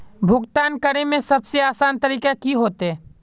भुगतान करे में सबसे आसान तरीका की होते?